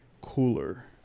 cooler